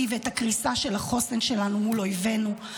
ואת הקריסה של החוסן שלנו מול אויבינו.